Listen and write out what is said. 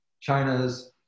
China's